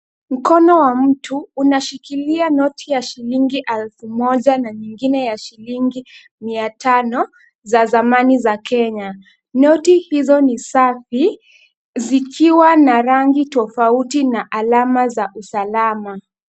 Mkono wa mtu unashikilia noti ya shilingi elfu moja na nyingine ya shilingi mia tano, za zamani za Kenya. Noti hizo ni safi, zikiwa na rangi tofauti na alama za usalama.